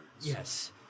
Yes